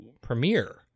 premiere